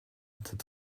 этот